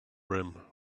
rim